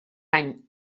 any